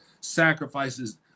sacrifices